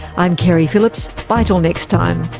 i'm keri phillips. bye til next time